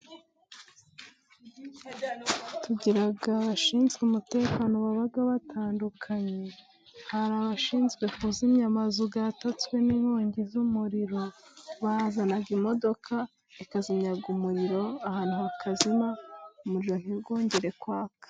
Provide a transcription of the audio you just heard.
Tugira abashinzwe umutekano baba batandukanye，hari abashinzwe kuzimya amazu yatatswe n'inkongi y'umuriro，bazana imodoka ikazimya umuriro ahantu hakazima，umuriro ntiwongere kwaka.